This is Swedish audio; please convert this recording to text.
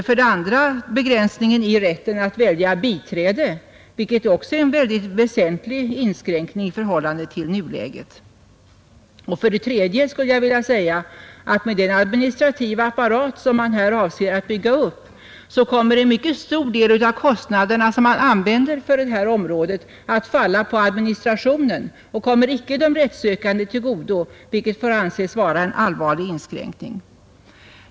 För det andra är det begränsningen i rätten att välja biträde, vilket också är en mycket väsentlig inskränkning i förhållande till nuläget. För det tredje vill jag säga att med den administrativa apparat som man här avser att bygga upp, kommer en mycket stor del av kostnaderna för rättshjälpsreformen att falla på administrationen och kommer icke de rättssökande till godo, vilket får anses vara en allvarlig inskränkning.